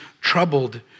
troubled